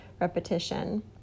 repetition